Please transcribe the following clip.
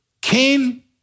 Cain